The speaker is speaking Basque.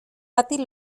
bati